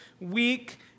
weak